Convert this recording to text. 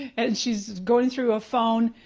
and she's going through a phone.